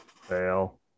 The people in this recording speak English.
Fail